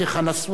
חנא סוייד,